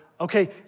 okay